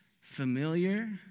familiar